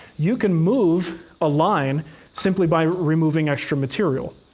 you can move a line simply by removing extra material.